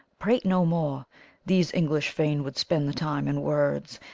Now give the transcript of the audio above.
prate no more these english fain would spend the time in words,